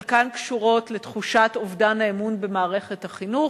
חלקן קשורות לתחושת אובדן האמון במערכת החינוך,